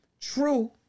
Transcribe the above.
True